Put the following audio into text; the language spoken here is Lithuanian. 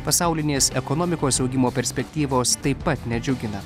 pasaulinės ekonomikos augimo perspektyvos taip pat nedžiugina